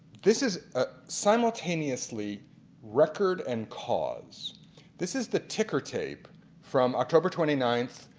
this is ah simultaneously record and cause this is the ticker tape from october twenty ninth,